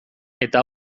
eta